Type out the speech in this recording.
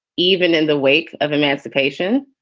even in the wake of emancipation.